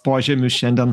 požemius šiandien